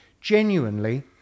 genuinely